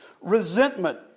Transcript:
Resentment